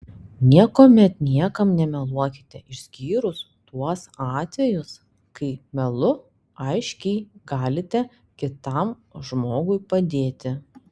niekuomet niekam nemeluokite išskyrus tuos atvejus kai melu aiškiai galite kitam žmogui padėti